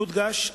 יודגש,